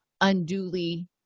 unduly